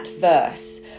verse